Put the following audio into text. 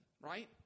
right